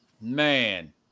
Man